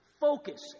focus